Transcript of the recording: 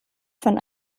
von